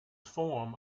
form